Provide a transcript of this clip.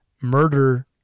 murder